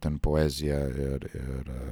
ten poeziją ir ir